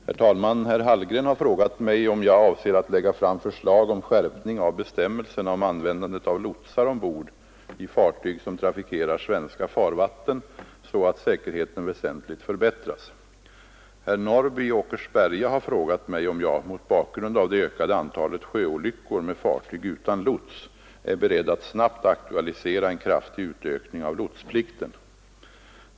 Herr talman! Herr Hallgren har frågat mig, om jag avser att lägga fram förslag om skärpning av bestämmelserna om användandet av lotsar ombord i fartyg som trafikerar svenska farvatten så att säkerheten väsentligt förbättras. Herr Norrby i Åkersberga har frågat mig, om jag, mot bakgrund av det ökade antalet sjöolyckor med fartyg utan lots, är beredd att snabbt aktualisera en kraftig utökning av lotsplikten.